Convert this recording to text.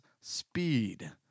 speed